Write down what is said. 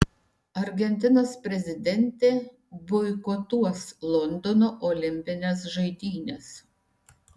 argentinos prezidentė boikotuos londono olimpines žaidynes